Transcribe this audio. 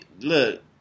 look